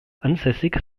ansässig